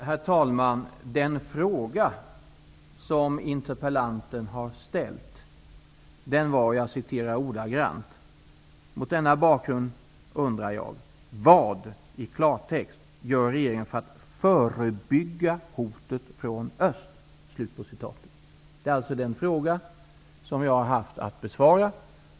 Herr talman! Den fråga som interpellanten har ställt var: ''Mot denna bakgrund undrar jag: Vad -- i klartext -- gör regeringen för att förebygga hotet från öst?'' Detta är alltså den fråga som jag har haft att besvara.